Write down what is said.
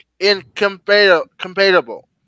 Incompatible